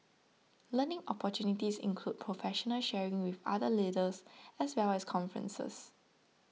learning opportunities include professional sharing with other leaders as well as conferences